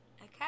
Okay